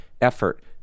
effort